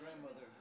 grandmother